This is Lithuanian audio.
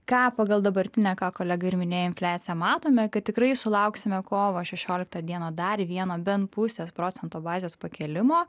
ką pagal dabartinę ką kolega ir minėjo infliaciją matome kad tikrai sulauksime kovo šešioliktą dieną dar vieno bent pusės procento bazės pakėlimo